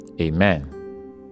amen